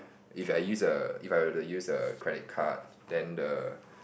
if I use a if I were to use a credit card then the